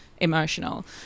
emotional